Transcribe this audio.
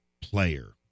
player